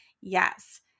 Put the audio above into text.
Yes